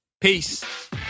Peace